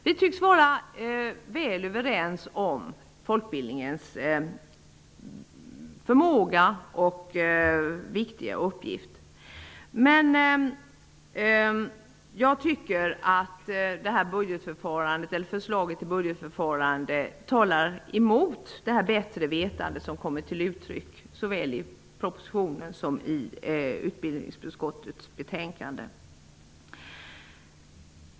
Vi tycks vara väl överens om folkbildningens förmåga och viktiga uppgift, men jag tycker att förslaget till budgetförfarande talar mot det bättre vetande som kommer till uttryck såväl i propositionen som i utbildningsutskottets betänkande.